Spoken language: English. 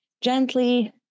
gently